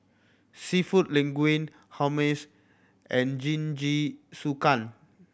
Seafood Linguine Hummus and Jingisukan